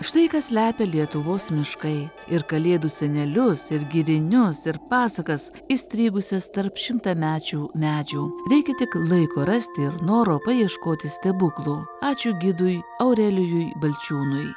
štai ką slepia lietuvos miškai ir kalėdų senelius ir girinius ir pasakas įstrigusias tarp šimtamečių medžių reikia tik laiko rasti ir noro paieškoti stebuklo ačiū gidui aurelijui balčiūnui